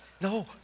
No